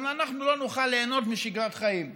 גם אנחנו לא נוכל ליהנות משגרת חיים.